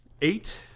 eight